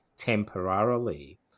temporarily